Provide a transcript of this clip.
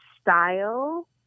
style